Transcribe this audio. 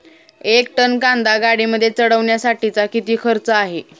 एक टन कांदा गाडीमध्ये चढवण्यासाठीचा किती खर्च आहे?